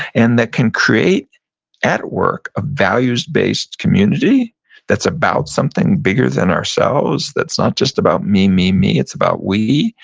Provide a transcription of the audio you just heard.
and that can create at work a values-based community that's about something bigger than ourselves that's not just about me, me, me, it's about we,